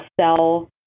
sell